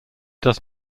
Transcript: does